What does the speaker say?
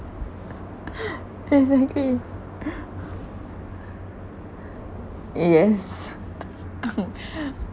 exactly yes